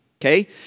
okay